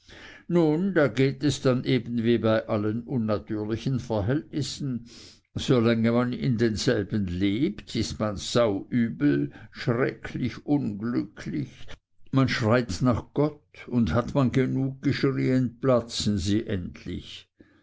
nun da gehts dann eben wie bei allen unnatürlichen verhältnissen solange man in denselben lebt ist man sauübel schrecklich unglücklich man schreit nach gott und hat man genug geschrieen platzen sie endlich